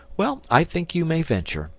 well, i think you may venture.